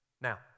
Now